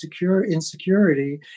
insecurity